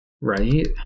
Right